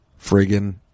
friggin